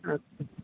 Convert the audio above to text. আচ্ছা